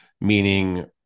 meaning